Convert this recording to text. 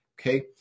Okay